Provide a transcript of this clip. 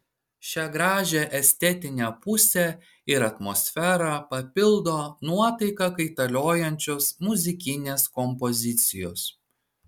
šią gražią estetinę pusę ir atmosferą papildo nuotaiką kaitaliojančios muzikinės kompozicijos